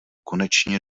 konečně